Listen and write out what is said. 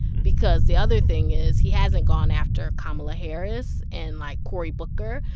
because the other thing is he hasn't gone after kamala harris and, like, cory booker,